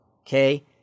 Okay